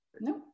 no